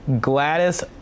Gladys